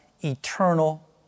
eternal